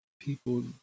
people